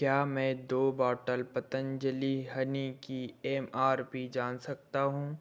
क्या मैं दो बॉटल पतंजलि हनी की एम आर पी जान सकता हूँ